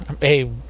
hey